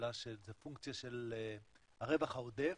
זו פונקציה של הרווח העודף,